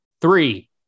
three